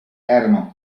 erano